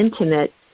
intimate